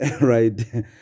right